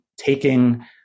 taking